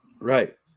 Right